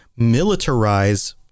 militarize